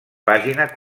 pàgina